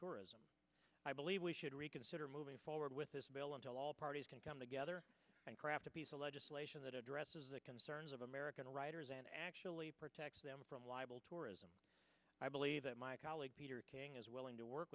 tourism i believe we should reconsider moving forward with this bill until all parties can come together and craft a piece of legislation that addresses the concerns of american writers and actually protects them from libel tourism i believe that my colleague peter king is willing to work